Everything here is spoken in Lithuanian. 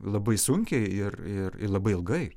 labai sunkiai ir ir ir labai ilgai